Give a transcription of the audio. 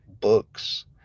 books